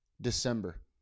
December